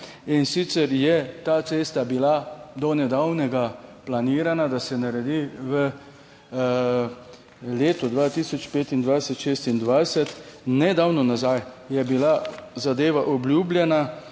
in sicer je ta cesta bila do nedavnega planirana, da se naredi v letu 2025, 2026. Nedavno nazaj je bila zadeva obljubljena